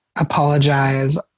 apologize